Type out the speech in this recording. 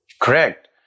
Correct